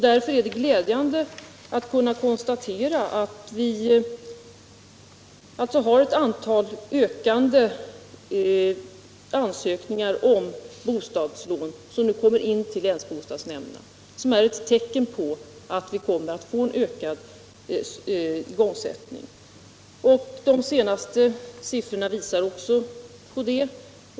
Därför är det glädjande att kunna konstatera att antalet ansökningar om bostadslån till länsbostadsnämnderna nu ökar. Det är ett tecken på att vi kommer att få en ökad igångsättning. De senaste siffrorna visar också på det.